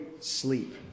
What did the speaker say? sleep